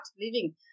living